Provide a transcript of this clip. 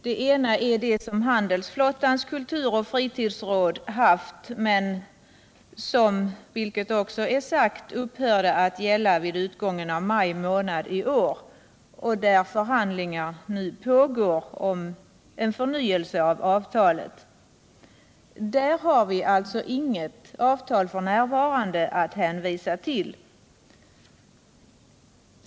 Det ena är det som handelsflottans kulturoch fritidsråd haft med Sveriges Radio, men som nämnts upphörde detta att gälla vid utgången av maj månad i år, och det pågår nu förhandlingar om en förnyelse av avtalet. Där har vi alltså inget avtal att hänvisa till.